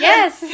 Yes